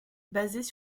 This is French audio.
basées